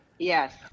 Yes